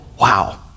Wow